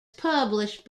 published